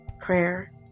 Prayer